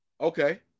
Okay